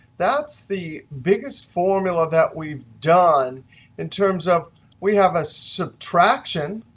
that's the biggest formula that we've done in terms of we have a subtraction,